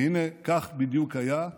והינה, כך בדיוק היה,